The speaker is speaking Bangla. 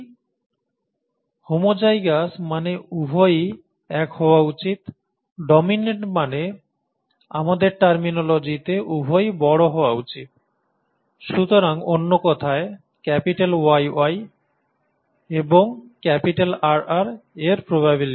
'হোমোজাইগাস' মানে উভয়ই এক হওয়া উচিত 'ডমিন্যান্ট' মানে আমাদের টার্মিনোলজিতে উভয়ই বড় হওয়া উচিত সুতরাং অন্য কথায় YY এবং RR এর প্রবাবিলিটি